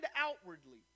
outwardly